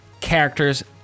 characters